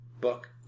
book